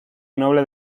noble